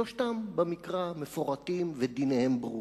ושלושתם מפורטים במקרא ודיניהם ברורים.